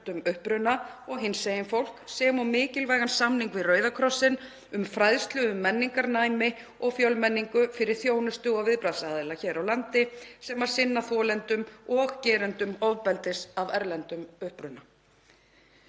og hinsegin fólk, sem og mikilvægan samning við Rauða krossinn um fræðslu um menningarnæmi og fjölmenningu fyrir þjónustu- og viðbragðsaðila hér á landi sem sinna þolendum og gerendum ofbeldis af erlendum uppruna.